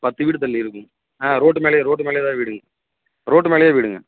பத்து வீடு தள்ளி இருக்குதுங்க ஆ ரோட்டு மேலேயே ரோட்டு மேலேயே தான் வீடுங்க ரோட்டு மேலேயே வீடுங்க